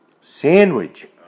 sandwich